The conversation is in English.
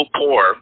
poor